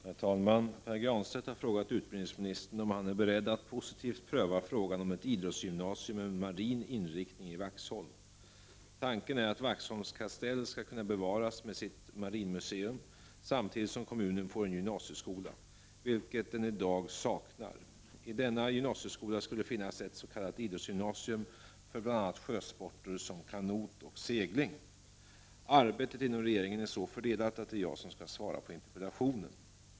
Herr talman! Pär Granstedt har frågat utbildningsministern om han är beredd att positivt pröva frågan om ett idrottsgymnasium med marin inriktning i Vaxholm. Tanken är att Vaxholms kastell skall kunna bevaras med sitt marinmuseum, samtidigt som kommunen får en gymnasieskola, vilket den i dag saknar. I denna gymnasieskola skulle finnas ett s.k. idrottsgymnasium för bl.a. sjösporter som kanot och segling. Arbetet inom regeringen är så fördelat att det är jag som skall svara på interpellationen.